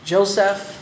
Joseph